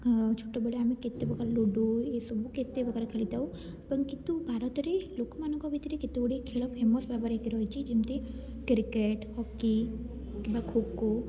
ଛୋଟବେଳେ ଆମେ କେତେପ୍ରକାର ଲୁଡ଼ୁ ଇଏ ସବୁ କେତେପ୍ରକାର ଖେଳିଥାଉ ଏବଂ କିନ୍ତୁ ଭାରତରେ ଲୋକମାନଙ୍କ ଭିତରେ କେତେଗୁଡ଼ିଏ ଖେଳ ଫେମସ୍ ଭାବରେ ହୋଇକି ରହିଛି ଯେମିତି କ୍ରିକେଟ୍ ହକି କିମ୍ବା ଖୋ ଖୋ